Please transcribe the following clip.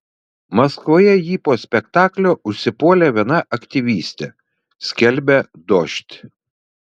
maskvoje jį po spektaklio užsipuolė viena aktyvistė skelbia dožd